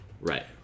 Right